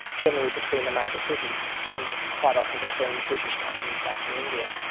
generally between the major cities, and quite often between british companies based in india.